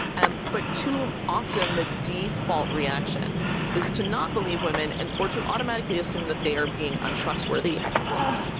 and but too often, the default reaction is to not believe women and or to automatically assume that they are being untrustworthy well,